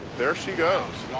there she goes.